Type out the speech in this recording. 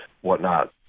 whatnot